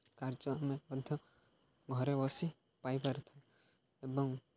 କାର୍ଯ୍ୟ ଆମେ ମଧ୍ୟ ଘରେ ବସି ପାଇପାରିଥାଉ ଏବଂ